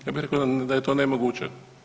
Ja bih rekao da je to nemoguće.